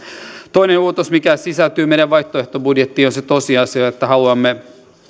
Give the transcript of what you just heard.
toinen muutos mikä sisältyy meidän vaihtoehtobudjettiimme on se tosiasia että haluamme